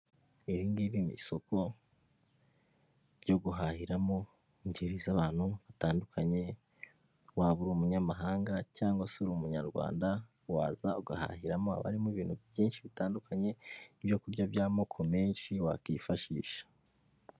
Ibi ngi ni isoko ryo guhahiramo ingeri z'abantu batandukanye; waba uri umunyamahanga cyangwa se uri umunyarwanda waza ugahahiramo, habamo ibintu byinshi bitandukanye ibyo kurya by'amoko menshi wakwifashisha.